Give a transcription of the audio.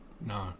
No